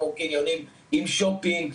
כמו קניונים עם קניות.